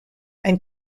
and